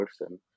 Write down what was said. person